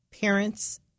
parents